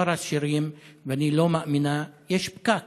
שרה שירים, ואני לא מאמינה, יש פקק,